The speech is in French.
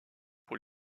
pour